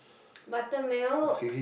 buttermilk